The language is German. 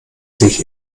sich